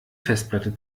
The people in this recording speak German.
festplatte